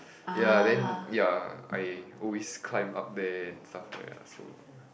ya then ya I always climb up there and stuff like that lah so ya